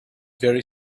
very